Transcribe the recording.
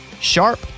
Sharp